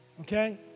okay